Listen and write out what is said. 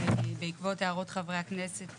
בעקבות הערות חברי הכנסת,